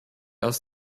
aus